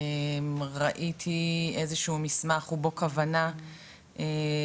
ראיתי איזה שהוא מסמך ובו כוונה להכניס